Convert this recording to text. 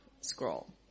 scroll